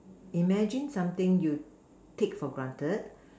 imagine something you take for granted